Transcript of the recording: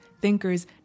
thinkers